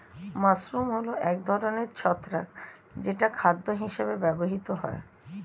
mushroom হল এক ধরনের ছত্রাক যেটা খাদ্য হিসেবে ব্যবহৃত হয়